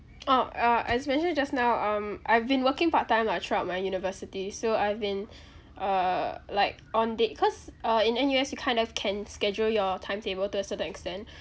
orh uh as mentioned just now um I've been working part time lah throughout my university so I've been uh like on there cause uh in N_U_S you kind of can schedule your timetable to a certain extent